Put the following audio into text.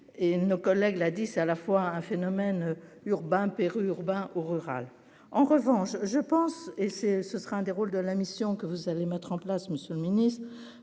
et nos collègues là 10 à la fois un phénomène urbain, périurbain ou rural, en revanche, je pense, et c'est ce sera un des rôles de la mission que vous allez mettre en place Monsieur le Ministre,